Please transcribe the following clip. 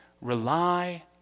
rely